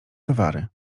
towary